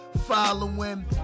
following